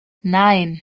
nein